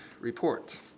Report